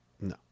no